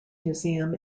museum